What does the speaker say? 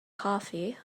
coffee